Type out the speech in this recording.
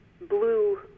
blue